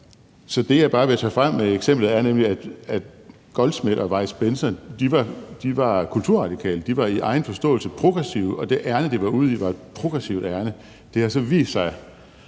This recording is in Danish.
Så det, jeg bare vil tage frem med eksemplet, er, at Verner Goldschmidt og Agnete Weis Bentzon var kulturradikale. De var i egen forståelse progressive, og det ærinde, de var ude i, var et progressivt ærinde. Det har så vist sig,